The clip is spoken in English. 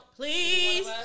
please